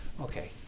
Okay